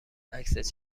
عکس